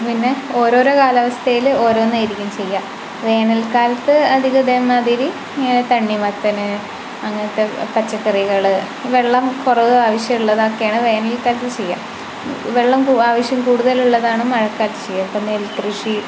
പിന്നെ ഓരോ ഓരോ കാലാവസ്ഥയിൽ ഓരോന്നായിരിക്കും ചെയ്യുക വേനൽക്കാലത്ത് അധികവും ഇതേ മാതിരി തണ്ണിമത്തൻ അങ്ങനത്തെ പച്ചക്കറികൾ വെള്ളം കുറവ് ആവിശ്യയമുള്ളതൊക്കെയാണ് വേനൽ കാലത്ത് ചെയ്യുക വെള്ളം ആവശ്യം കൂടുതലുള്ളതാണ് മഴക്കാലത്തു ചെയ്യുക ഇപ്പം നെൽകൃഷി